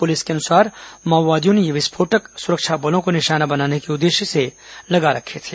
police के अनुसार माओवादियों ने ये विस्फोटक सुरक्षा बलों को निशाना बनाने के उद्देश्य से लगा रखे थे